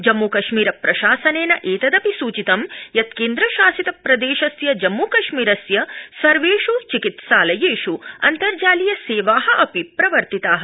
जम्मूकश्मीर प्रशासनेन एतदपि सूचितं यत् केन्द्रशासितप्रदेशस्य जम्मूकश्मीरस्य सर्वेषु चिकित्सालयेषु अन्तर्जालीय सेवा अपि प्रवर्तिता